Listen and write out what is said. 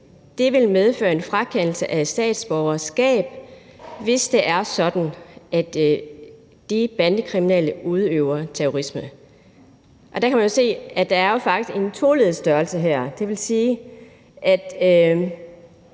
vil medføre en frakendelse af statsborgerskab, hvis det er sådan, at de bandekriminelle udøver terrorisme. Og der kan man jo se, at der faktisk er en toleddet størrelse her – det vil sige, at